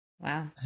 Wow